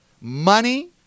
money